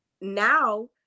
now